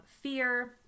fear